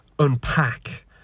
unpack